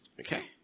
Okay